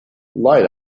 light